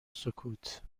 سکوت